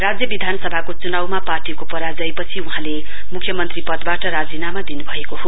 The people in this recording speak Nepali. राज्यविधानसभाको च्नाउमा पार्टीको पराजयपछि वहाँले मुख्यमन्त्री पदवाट राजिनामा दिन्भएको हो